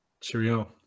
Cheerio